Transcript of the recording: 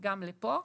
גם לפה.